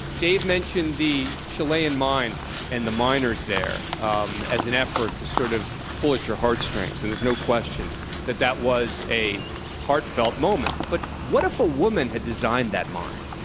dave mentioned the chilean mines and the miners there um as an effort to sort of pull at your heartstrings. and there's no question that that was a heartfelt moment. but what if a woman had designed that mine?